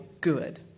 good